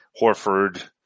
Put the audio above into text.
Horford